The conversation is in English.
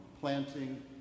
planting